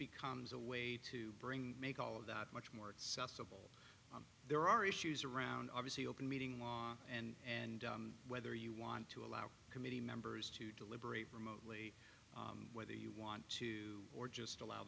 becomes a way to bring make all of that much more itself civil there are issues around obviously open meeting law and and whether you want to allow committee members to deliberate remotely whether you want to or just allow